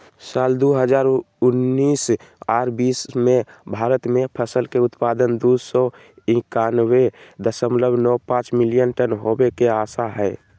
साल दू हजार उन्नीस आर बीस मे भारत मे फसल के उत्पादन दू सौ एकयानबे दशमलव नौ पांच मिलियन टन होवे के आशा हय